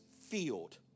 field